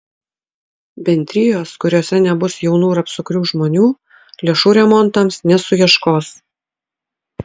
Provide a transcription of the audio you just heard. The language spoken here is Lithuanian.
bendrijos kuriose nebus jaunų ir apsukrių žmonių lėšų remontams nesuieškos